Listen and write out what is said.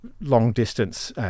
long-distance